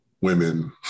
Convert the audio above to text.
women